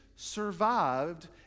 survived